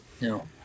No